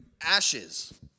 Ashes